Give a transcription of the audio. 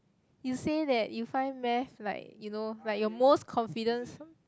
you say that you find math like you know like your most confident sub~